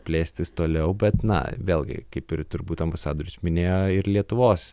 plėstis toliau bet na vėlgi kaip ir turbūt ambasadorius minėjo ir lietuvos